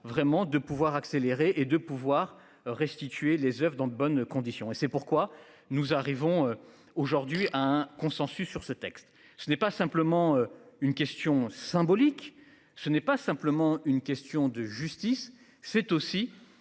vraiment de pouvoir accélérer et de pouvoir restituer les Oeuvres dans de bonnes conditions et c'est pourquoi nous arrivons aujourd'hui à un consensus sur ce texte, ce n'est pas simplement une question symbolique, ce n'est pas simplement une question de justice, c'est aussi